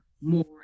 more